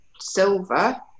Silver